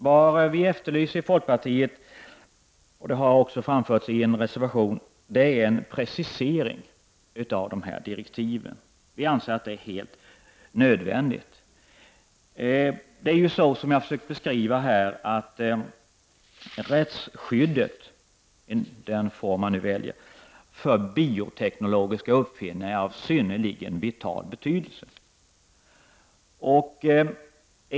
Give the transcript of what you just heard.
Något vi i folkpartiet efterlyser, vilket vi har sagt i vår reservation, är en precisering av direktiven. Vi anser att detta är helt nödvändigt. En sak som jag har försökt beskriva är att det rättsliga skyddet — vilken skyddsform man nu än väljer — för bioteknologiska uppfinningar är av synnerligen stor betydelse.